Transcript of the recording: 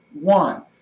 one